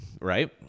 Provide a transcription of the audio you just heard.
right